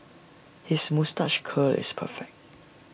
his moustache curl is perfect